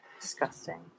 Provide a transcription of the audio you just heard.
Disgusting